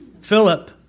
Philip